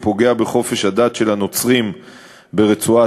פוגע בחופש הדת של הנוצרים ברצועת-עזה,